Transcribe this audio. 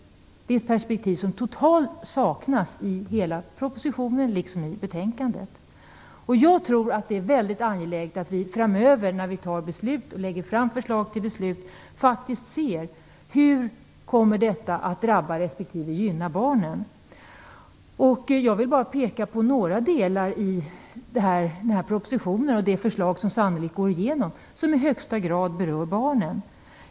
Det är det perspektiv som totalt saknas i hela propositionen liksom i betänkandet. Jag tror att det är mycket angeläget att vi framöver när vi lägger fram förslag och fattar beslut faktiskt tittar på hur de kommer att drabba respektive gynna barnen. Jag vill bara peka på några delar i propositionen och de förslag som sannolikt går igenom som i högsta grad berör barnen.